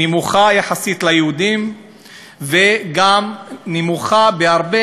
נמוכה יחסית ליהודים וגם נמוכה בהרבה